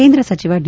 ಕೇಂದ್ರ ಸಚಿವ ಡಿ